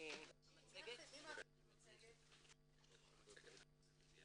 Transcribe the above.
בזמן הדיווח חשוב לא